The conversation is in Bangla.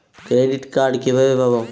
ক্রেডিট কার্ড কিভাবে পাব?